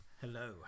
Hello